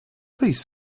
please